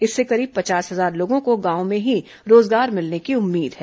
इससे करीब पचास हजार लोगों को गांव में ही रोजगार मिलने की उम्मीद है